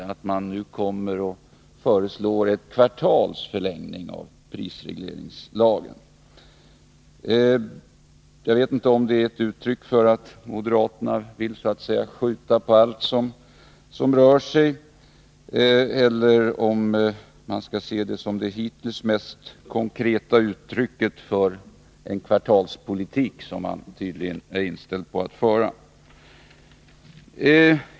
Det var också Lars Tobisson själv tydligen införstådd med. Jag vet inte om det är ett uttryck för att moderaterna vill så att säga skjuta på allt som rör sig, eller om vi skall se det som det hittills mest konkreta uttrycket för en kvartalspolitik som man tydligen är inställd på att föra.